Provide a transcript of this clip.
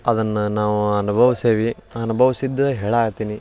ಅದನ್ನು ನಾವು ಅನ್ಭವ್ಸೀವಿ ಅನ್ಭವ್ಸಿದ್ದೇ ಹೇಳೋಹತ್ತೀನಿ